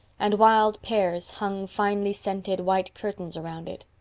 and wild pears hung finely-scented, white curtains around it.